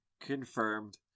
confirmed